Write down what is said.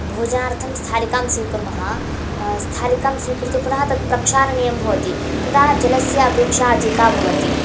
भोजनार्थं स्थालिकां स्वीकुर्म स्थालिकां स्वीकृत्य पुन तत्प्रक्षालनीयं भवति तदा जलस्य अपेक्षा अधिका भवति